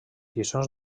lliçons